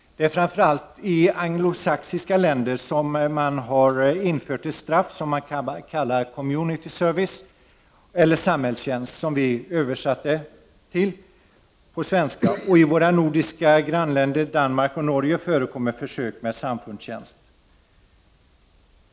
I främst anglosaxiska länder har man infört ett straff som man kallar ”community service” eller samhällstjänst, som vi översatt det till. I våra nordiska grannländer Danmark och Norge förekommer försök med ”samfundstjeneste”.